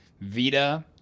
Vita